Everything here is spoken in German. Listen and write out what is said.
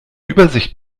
übersicht